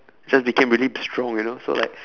just became really strong you know so like